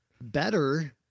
better